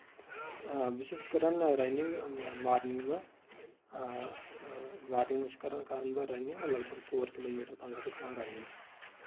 بہٕ چھُس کران رَنِنگ مارنِنگ منٛز مارِننگ منٛز چُھس کران بہٕ رَنِنگ لگ بگ ژور کِلومیٖٹر تام چُھس بہٕ کران رَنِنگ